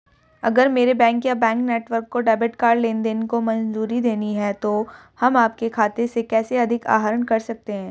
अगर मेरे बैंक या बैंक नेटवर्क को डेबिट कार्ड लेनदेन को मंजूरी देनी है तो हम आपके खाते से कैसे अधिक आहरण कर सकते हैं?